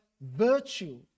virtue